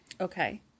Okay